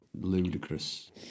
ludicrous